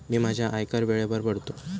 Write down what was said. मी माझा आयकर वेळेवर भरतो